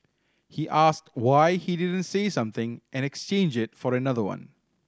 he asked why he didn't say something and exchange it for another one